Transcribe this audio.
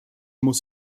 muss